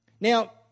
Now